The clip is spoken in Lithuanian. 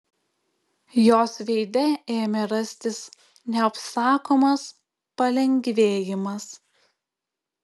jos veide ėmė rastis neapsakomas palengvėjimas